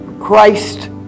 Christ